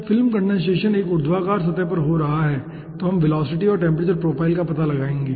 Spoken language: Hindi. जब फिल्म कंडेनसेशन एक ऊर्ध्वाधर सतह पर हो रहा हो तो हम वेलोसिटी और टेम्परेचर प्रोफ़ाइल का पता लगाएंगे